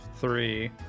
three